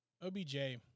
OBJ